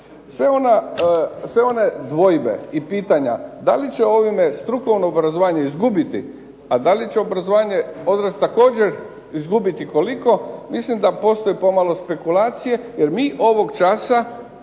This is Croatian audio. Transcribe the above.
Sve one dvojbe i pitanja da li će ovime strukovno obrazovanje izgubiti, a da li će obrazovanje odraslih također izgubiti i koliko? Mislim da postoji pomalo spekulacije jer mi ovog časa